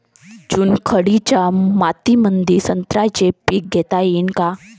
चुनखडीच्या मातीमंदी संत्र्याचे पीक घेता येईन का?